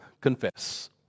confess